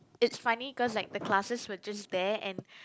it's funny cause like the classes were just there and